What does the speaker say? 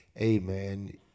amen